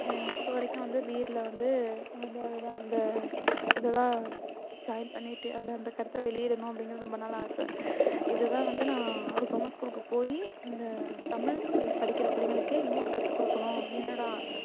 இப்போ வரைக்கும் வந்து வீட்டில் வந்து அது தான் அது தான் அந்த இத தான் ஜாயிண்ட் பண்ணிகிட்டு அத அந்த கருத்தை வெளியிடணும் அப்படிங்கிறது ரொம்ப நாள் ஆசை இது தான் வந்து நான் ஒரு கவர்மெண்ட் ஸ்கூலுக்கு போய் இந்த தமிழ் புடி படிக்கின்ற பிள்ளைங்களுக்கு இங்கிலீஷ் கற்றுக் கொடுக்கணும் அப்படின்னு என்னோடய ஆசை